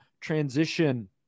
transition